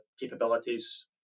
capabilities